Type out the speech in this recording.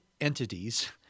entities